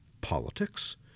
politics